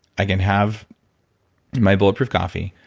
i can have my bulletproof coffee,